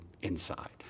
inside